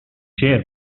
شعر